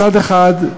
מצד אחד,